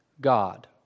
God